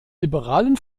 liberalen